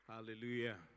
Hallelujah